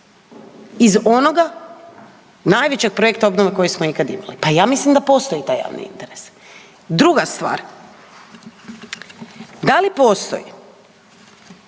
iz onoga, najvećeg projekta obnove koji smo ikad imali? Pa ja mislim da postoji taj javni interes. Druga stvar, da li postoji